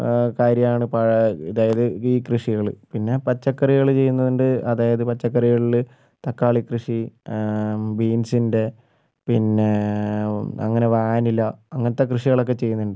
കാര്യമാണ് പഴ അതായത് ഈ കൃഷികള് പിന്നെ പച്ചക്കറികള് ചെയ്യുന്നുണ്ട് അതായത് പച്ചക്കറികളില് തക്കാളി കൃഷി ബീൻസിന്റെ പിന്നെ അങ്ങനെ വാനില അങ്ങനത്തെ കൃഷികളൊക്കെ ചെയ്യുന്നുണ്ട്